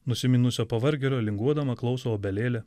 nusiminusio pavargėlio linguodama klauso obelėlė